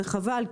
וחבל,